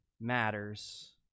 matters